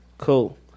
Cool